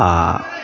आ